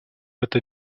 это